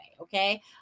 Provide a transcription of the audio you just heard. okay